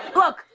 look,